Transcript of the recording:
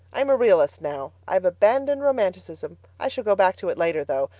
i'm a realist now. i've abandoned romanticism i shall go back to it later though,